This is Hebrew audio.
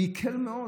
הוא הקל מאוד.